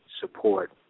support